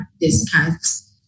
discussed